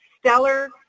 stellar